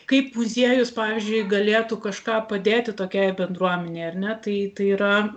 kaip muziejus pavyzdžiui galėtų kažką padėti tokiai bendruomenei ar ne tai tai yra